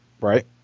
Right